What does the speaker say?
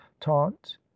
taunt